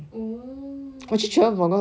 oh mm